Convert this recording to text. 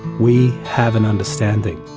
we have an understanding.